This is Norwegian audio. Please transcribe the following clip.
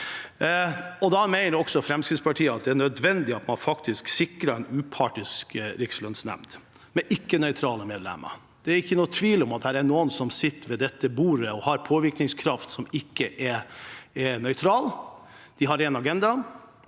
Fremskrittspartiet at det er nødvendig at man faktisk sikrer en upartisk rikslønnsnemndbehandling uten ikke-nøytrale medlemmer. Det er ikke noen tvil om at det er noen som sitter ved det bordet og har påvirkningskraft, som ikke er nøytrale. De har en agenda,